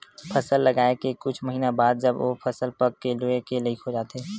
फसल लगाए के कुछ महिना बाद जब ओ फसल पक के लूए के लइक हो जाथे